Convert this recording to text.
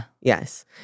Yes